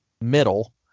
Middle